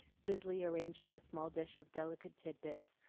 busily arranging the small dish of delicate tidbits,